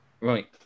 Right